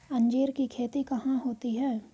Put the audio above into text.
अंजीर की खेती कहाँ होती है?